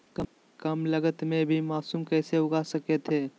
कम लगत मे भी मासूम कैसे उगा स्केट है?